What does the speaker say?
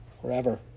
forever